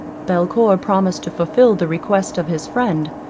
belcour promised to fulfil the request of his friend,